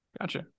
Gotcha